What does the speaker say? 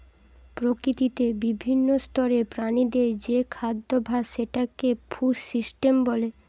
প্রকৃতিতে বিভিন্ন স্তরের প্রাণীদের যে খাদ্যাভাস সেটাকে ফুড সিস্টেম বলে